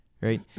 right